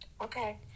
Okay